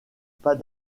pas